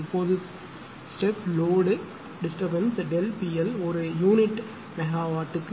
இப்போது step load disturbance ΔP l ஒரு unit MW க்கு 0